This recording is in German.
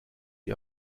die